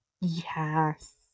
Yes